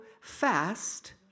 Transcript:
fast